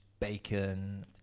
bacon